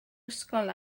ysgol